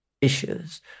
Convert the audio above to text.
issues